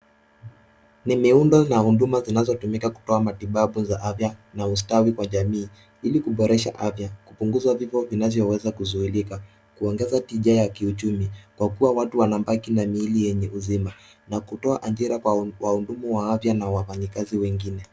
Ni miundo na huduma zinazotumika kutoa matibabu za afya na ustawi kwa jamii ili kuboresha afya, kupunguza vifo vinavyoweza kuzuilika, kuogeza tija ya kuichumi kwa kuwa watu wanabaki na miili yenye uzima na kutoa ajira kwa wahudumu wa afya na wafanyikazi wengine.